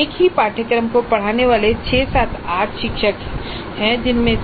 एक ही पाठ्यक्रम को पढ़ाने वाले 6 7 8 शिक्षक हैं जिनमें